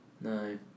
No